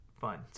fun